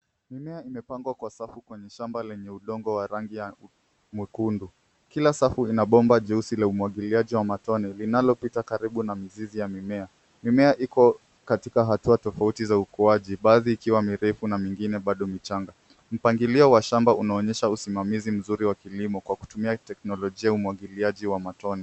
Mimea imepangwa kwa safu kwenye shamba lenye udongo wa rangi ya mwekundu kila safu ina pomba jeusi a umwagialiji wa matono linalopita karibu na mizizi ya mimea. Mimea iko katika hatua tafauti za kuaji baadhi ikiwa mirefu na mingine bado michanga mpangilio wa shamba unaonyesha uzimamizi nzuri wa kilimo kwa kutumia teknolojia umwagiliaji wa matone.